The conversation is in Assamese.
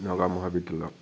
নগাওঁ মহাবিদ্যালয়ক